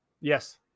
Yes